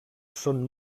són